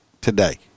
today